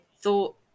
thought